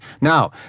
Now